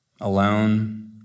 alone